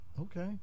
Okay